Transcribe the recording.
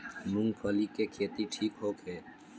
मूँगफली के खेती ठीक होखे?